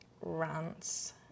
rants